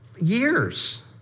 years